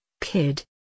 kid